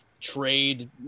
trade